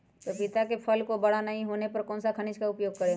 पपीता के फल को बड़ा नहीं होने पर कौन सा खनिज का उपयोग करें?